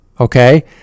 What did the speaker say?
okay